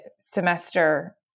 semester